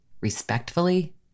respectfully